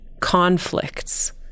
conflicts